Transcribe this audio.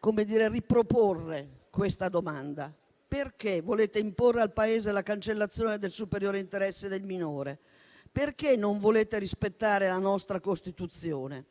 però riproporre la seguente domanda: perché volete imporre al Paese la cancellazione del superiore interesse del minore? Perché non volete rispettare la nostra Costituzione?